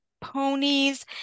ponies